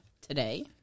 today